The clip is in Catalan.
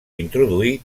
introduir